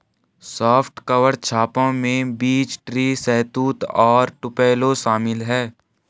soft cover छापों में beech tree, शहतूत और टुपेलो शामिल है